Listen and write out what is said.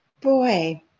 Boy